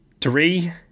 Three